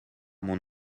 mon